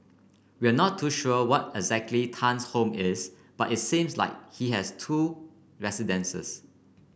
we are not too sure where exactly Tan's home is but it seems like he has two residences